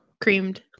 Creamed